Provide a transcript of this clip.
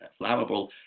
flammable